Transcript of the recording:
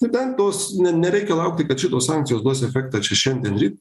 nebent tos ne nereikia laukti kad šitos sankcijos duos efektą čia šiandien ryt